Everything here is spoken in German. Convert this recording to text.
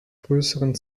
größeren